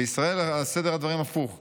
בישראל סדר הדברים הפוך,